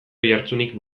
oihartzunik